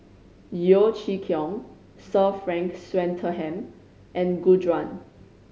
Yeo Chee Kiong Sir Frank Swettenham and Gu Juan